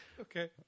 Okay